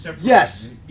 Yes